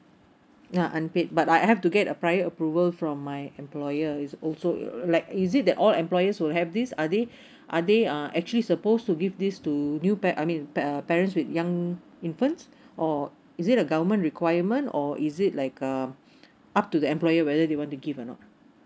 uh unpaid but I I have to get a prior approval from my employer is also like is it that all employees will have this are they are they uh actually supposed to give this to new pa~ I mean pa~ uh parents with young infants or is it a government requirement or is it like a up to the employer whether they want to give or not